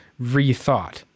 rethought